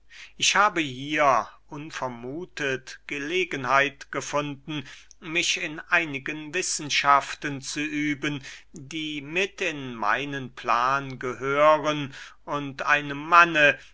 ich habe hier unvermuthet gelegenheit gefunden mich in einigen wissenschaften zu üben die mit in meinen plan gehören und einem manne